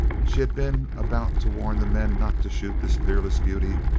she had been about to warn the men not to shoot this peerless beauty,